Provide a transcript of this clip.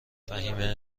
فهیمه